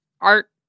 art